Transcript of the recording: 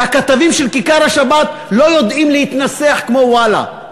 שהכתבים של "כיכר השבת" לא יודעים להתנסח כמו "וואלה".